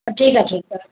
ठीकु आहे ठीकु आहे